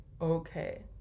Okay